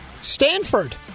Stanford